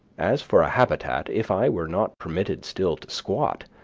as for a habitat, if i were not permitted still to squat,